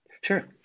Sure